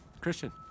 Christian